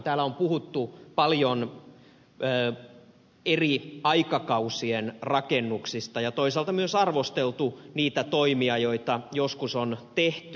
täällä on puhuttu paljon eri aikakausien rakennuksista ja toisaalta myös arvosteltu niitä toimia joita joskus on tehty